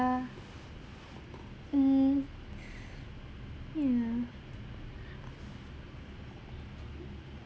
yeah mm